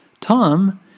Tom